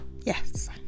Yes